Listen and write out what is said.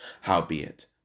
Howbeit